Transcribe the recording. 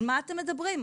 על מה אתם מדברים?